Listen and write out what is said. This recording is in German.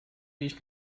nicht